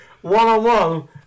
one-on-one